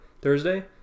thursday